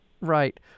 Right